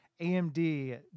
AMD